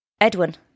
Edwin